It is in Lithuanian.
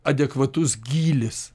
adekvatus gylis